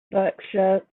berkshire